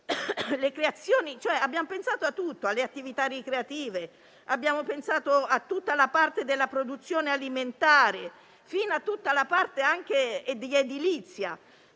Abbiamo pensato a tutto, alle attività ricreative, a tutta la parte della produzione alimentare, fino anche all'edilizia.